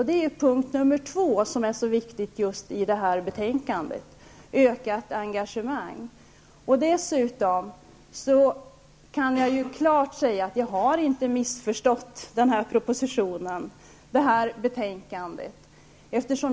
Det är också en punkt i detta betänkande som är mycket viktig, ökat engagemang. Jag har inte missförstått propositionen och betänkandet.